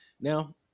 Now